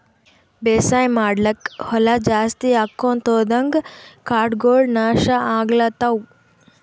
ಬೇಸಾಯ್ ಮಾಡ್ಲಾಕ್ಕ್ ಹೊಲಾ ಜಾಸ್ತಿ ಆಕೊಂತ್ ಹೊದಂಗ್ ಕಾಡಗೋಳ್ ನಾಶ್ ಆಗ್ಲತವ್